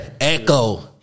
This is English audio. Echo